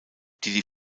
die